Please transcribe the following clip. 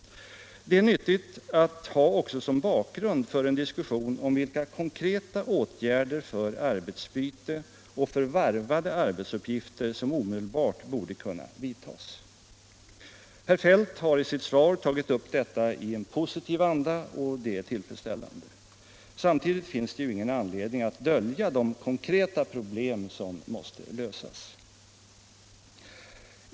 Det är nyttigt att ha också som bakgrund för en diskussion om vilka konkreta åtgärder för arbetsbyte och för varvade arbetsuppgifter som omedelbart borde kunna vidtagas. Herr Feldt har i sitt svar tagit upp detta i en positiv anda, och det är tillfredsställande. Samtidigt finns det ingen anledning att dölja de konkreta problem som måste lösas.